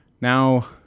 now